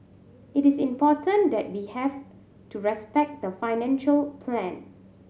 it is important that we have to respect the financial plan